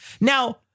Now